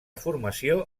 formació